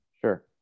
Sure